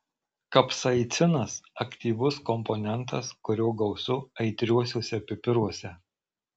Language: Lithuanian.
kapsaicinas aktyvus komponentas kurio gausu aitriuosiuose pipiruose